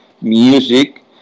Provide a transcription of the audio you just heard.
music